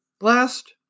last